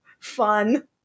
fun